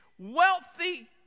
wealthy